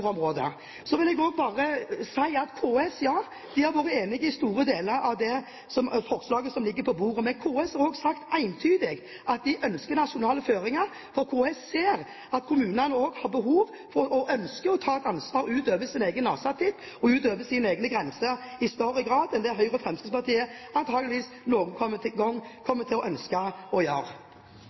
Så når det gjelder KS: Ja, de har vært enige i store deler av det forslaget som ligger på bordet. Men KS har også sagt entydig at de ønsker nasjonale føringer, for KS ser at kommunene også har behov og ønske om å ta ansvar utover sin egen nesetipp og utover sine egne grenser, i større grad enn det Høyre og Fremskrittspartiet antakeligvis noen gang kommer til å ønske å gjøre.